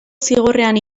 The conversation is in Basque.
zigorrean